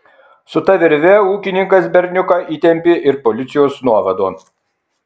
su ta virve ūkininkas berniuką įtempė ir policijos nuovadon